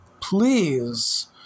please